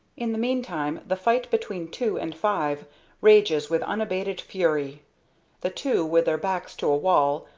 in the meantime the fight between two and five rages with unabated fury the two, with their backs to a wall,